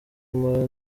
mpora